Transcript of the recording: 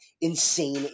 insane